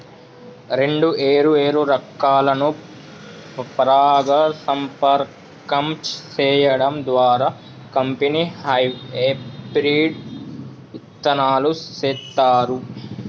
రెండు ఏరు ఏరు రకాలను పరాగ సంపర్కం సేయడం ద్వారా కంపెనీ హెబ్రిడ్ ఇత్తనాలు సేత్తారు